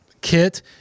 kit